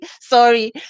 sorry